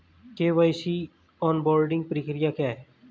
KYC onboarding प्रक्रिया क्या है?